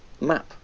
map